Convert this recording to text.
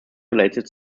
related